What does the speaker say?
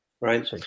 right